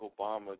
Obama